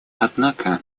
однако